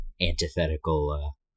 antithetical